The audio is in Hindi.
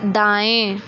दाएँ